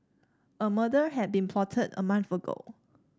a murder had been plotted a month ago